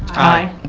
aye.